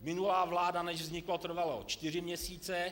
Minulá vláda, než vznikla, tak to trvalo čtyři měsíce.